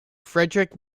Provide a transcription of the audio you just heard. friedrich